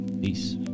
peace